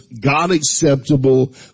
God-acceptable